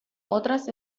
otras